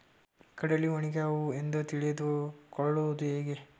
ಕಡಲಿ ಒಣಗ್ಯಾವು ಎಂದು ತಿಳಿದು ಕೊಳ್ಳೋದು ಹೇಗೆ?